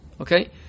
Okay